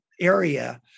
area